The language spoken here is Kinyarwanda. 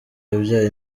yabyaye